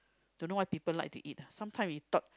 don't know why people like to eat ah sometime we thought